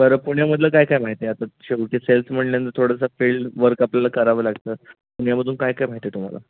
बरं पुण्यामधलं काय काय माहीत आहे आता शेवटी सेल्स म्हटल्यानंतर थोडंसं फील्ड वर्क आपल्याला करावं लागतं पुण्यामधून काय काय माहीत आहे तुम्हाला